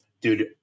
dude